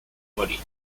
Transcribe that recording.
marit